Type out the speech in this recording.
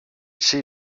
she